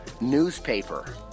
newspaper